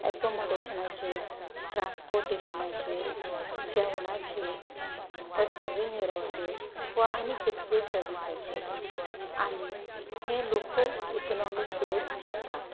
एकोमोडेशनाचेर ट्रांसपोटेशनाचेर जेवणाचेर वा सोविनियराचेर वा आनी केसले सर्विसाचेर आनी हें लोकल इकनॉमीक ग्रोथ जाता